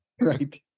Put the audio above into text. Right